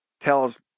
tells